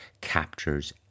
captures